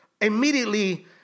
Immediately